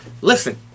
listen